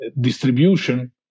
distribution